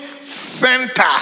center